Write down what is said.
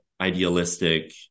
idealistic